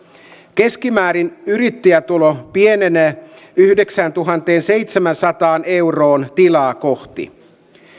keskimäärin yrittäjätulo pienenee yhdeksääntuhanteenseitsemäänsataan euroon tilaa kohti